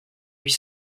huit